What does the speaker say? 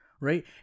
right